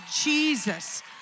Jesus